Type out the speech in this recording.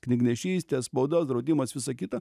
knygnešystė spauda draudimas visa kita